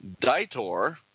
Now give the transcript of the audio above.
Ditor